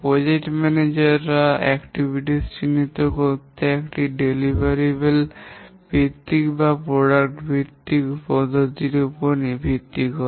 প্রকল্প ম্যানেজার রা কার্যক্রম চিহ্নিত করতে একটি বিতরণযোগ্য ভিত্তিক বা পণ্য ভিত্তিক পদ্ধতির উপর ভিত্তি করে